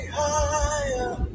higher